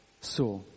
saw